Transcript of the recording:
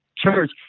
church